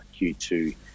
Q2